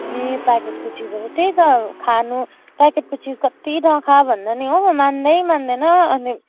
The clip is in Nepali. ए प्याकेटको चिजहरू त्यही त खानु प्याकेटको चिज कति नखा न भन्दा पनि मान्दै मान्दैन